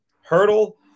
Hurdle